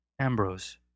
Ambrose